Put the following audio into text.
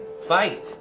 fight